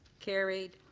carried.